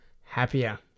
happier